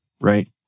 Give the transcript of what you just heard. right